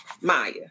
Maya